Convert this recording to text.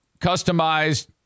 customized